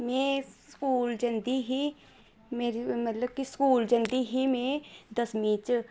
में स्कूल जंदी ही मेरी मतलब कि स्कूल जंदी ही में दसमीं च